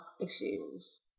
issues